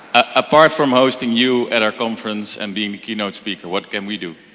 apart from hosting you at our conference and being the keynote speaker, what can we do?